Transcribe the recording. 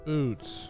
Boots